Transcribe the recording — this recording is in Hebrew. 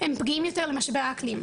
הם פגיעים יותר למשבר האקלים.